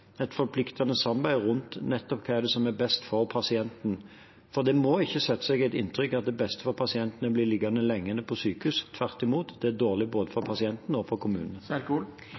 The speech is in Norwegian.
et forpliktende samarbeid om hva det er som er best for pasienten. Det må ikke få feste seg et inntrykk av at det beste for pasientene er å bli liggende lenge på sykehus. Tvert imot – det er dårlig både for pasienten og for